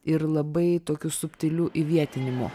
ir labai tokiu subtiliu įvietinimu